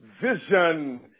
vision